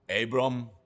Abram